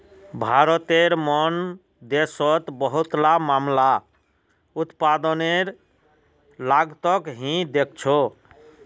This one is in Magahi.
भारतेर मन देशोंत बहुतला मामला उत्पादनेर लागतक ही देखछो